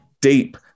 deep